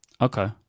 Okay